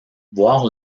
voir